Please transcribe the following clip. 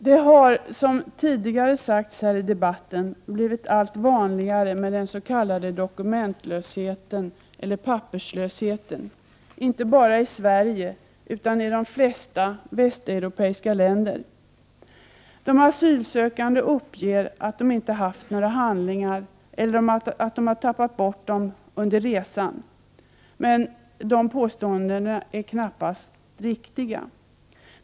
Det har, som tidigare sagts här i debatten, blivit allt vanligare med den s.k. dokumentlösheten eller papperslösheten, inte bara i Sverige utan i de flesta västeuropeiska länder. De asylsökande uppger att de inte har haft några handlingar eller att de tappat bort dem under resan. Men det påståendet är knappast riktigt.